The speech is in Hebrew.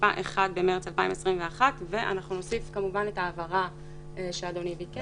התשפ"א 1.3.2021". נוסיף כמובן את ההבהרה שאדוני ביקש